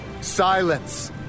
Silence